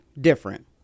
different